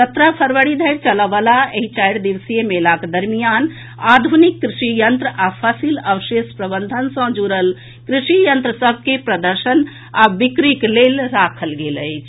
सत्रह फरवरी धरि चलयवला एहि चारि दिवसीय मेलाक दरमियान आध्रनिक कृषि यंत्र आ फसिल अवशेष प्रबंधन सँ जुड़ल कृषि यंत्र सभ के प्रदर्शन आ बिक्रीक लेल राखल गेल अछि